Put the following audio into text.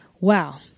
Wow